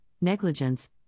negligence